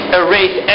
erase